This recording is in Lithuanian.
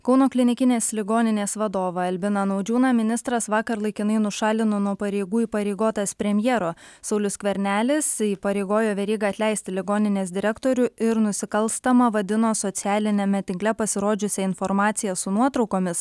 kauno klinikinės ligoninės vadovą albiną naudžiūną ministras vakar laikinai nušalino nuo pareigų įpareigotas premjero saulius skvernelis įpareigojo verygą atleisti ligoninės direktorių ir nusikalstama vadino socialiniame tinkle pasirodžiusią informaciją su nuotraukomis